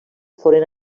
foren